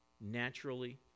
naturally